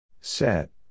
Set